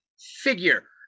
figure